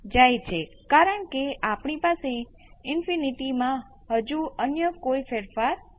અને છેલ્લે આપણી પાસે 1 છે જે ત્યાંથી આવે છે આખી વસ્તુ વિભાજિત ડેલ્ટા છે